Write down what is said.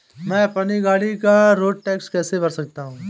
मैं अपनी गाड़ी का रोड टैक्स कैसे भर सकता हूँ?